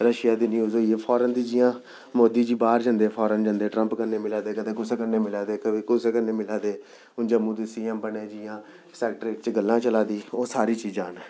Russia दी news होई foreign दी जि'यां मोदी जी बाह्र जंदे फॉरेन जंदे ट्रंप कन्नै मिला दे कदें कुसै कन्नै मिला दे कदें कुसै कन्नै मिला दे हून जम्मू दे सी एम बने जि'यां सेक्रेटेरिएट च गल्लां चला दी ओह् सारे न